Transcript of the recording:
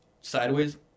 sideways